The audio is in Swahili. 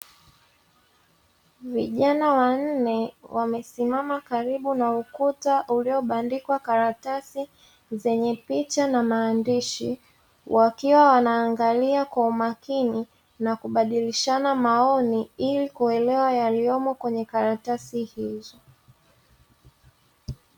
Vijana wanne wamesimama karibu na ukuta uliobandikwa karatasi zenye picha na maandishi, wakiwa wanaangalia kwa umakini na kubadilishana maoni ili kuelewa yaliyomo kwenye karatasi hizo.